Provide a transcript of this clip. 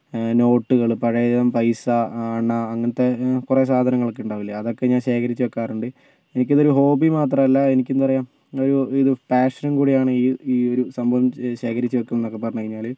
നോട്ടുകള് പഴയ തരം പൈസ അണ അങ്ങനത്തെ കുറെ സാധനങ്ങളൊക്കെ ഉണ്ടാവില്ലേ അതൊക്കെ ഞാൻ ശേഖരിച്ച് വയ്ക്കാറുണ്ട് എനിക്കിതൊരു ഹോബി മാത്രല്ല എനിക്ക് എന്താ പറയുക ഒരു ഇത് പാഷനും കൂടിയാണ് ഈ ഈ ഒരു സംഭവം ശേഖരിച്ച് വയ്ക്കുന്നതെന്ന് ഒക്കെ പറഞ്ഞ് കഴിഞ്ഞാല്